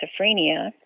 schizophrenia